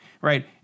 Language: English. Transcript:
right